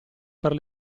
per